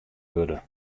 wurde